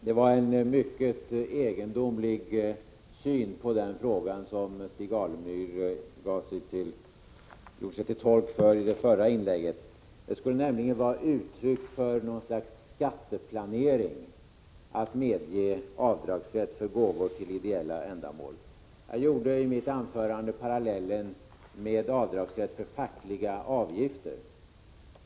Det var en mycket egendomlig syn på den frågan som Stig Alemyr gjorde sig till tolk för i sitt förra inlägg. Det skulle vara att ge möjlighet till något slags skatteplanering att medge avdragsrätt till gåvor för ideella ändamål. Jag drog i mitt anförande parallellen med avdragsrätt för fackliga avgifter.